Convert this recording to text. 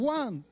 one